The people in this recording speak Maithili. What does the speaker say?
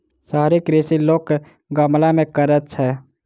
शहरी कृषि लोक गमला मे करैत छै